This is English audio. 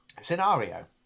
scenario